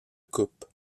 coupe